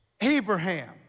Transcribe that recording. Abraham